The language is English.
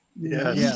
Yes